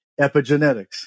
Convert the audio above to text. epigenetics